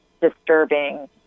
disturbing